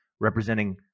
representing